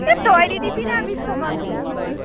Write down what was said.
এ তই দি দিবি না বিশ টকাটো মোৰ